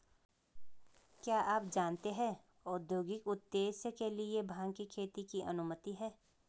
क्या आप जानते है औद्योगिक उद्देश्य के लिए भांग की खेती की अनुमति है?